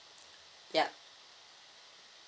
yup